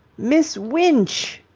miss winch!